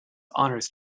honours